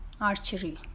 archery